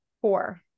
Four